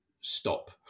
stop